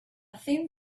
thin